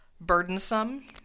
burdensome